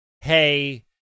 Hey